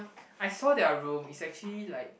I saw their room it's actually like